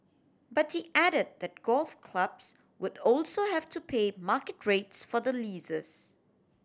but he added that golf clubs would also have to pay market rates for the leases